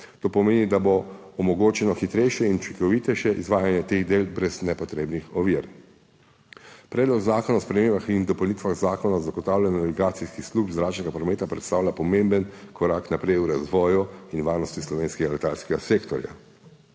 To pomeni, da bo omogočeno hitrejše in učinkovitejše izvajanje teh del brez nepotrebnih ovir. Predlog zakona o spremembah in dopolnitvah Zakona o zagotavljanju navigacijskih služb zračnega prometa predstavlja pomemben korak naprej v razvoju in varnosti slovenskega letalskega sektorja.